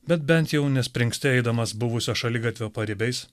bet bent jau nespringsti eidamas buvusio šaligatvio paribiais